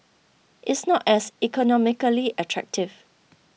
it's not as economically attractive